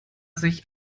sich